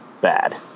bad